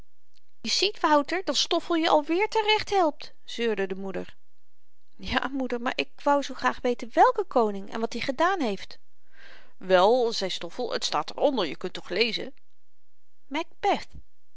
je ziet wouter dat stoffel je alweer te-recht helpt seurde de moeder ja moeder maar ik wou zoo graag weten wèlke koning en wat i gedaan heeft wel zei stoffel t staat er onder je kunt toch lezen